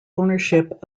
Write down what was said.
ownership